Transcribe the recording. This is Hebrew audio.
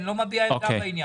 אני לא מביע עמדה בעניין.